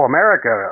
America